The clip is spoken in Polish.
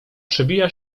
przebija